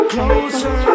Closer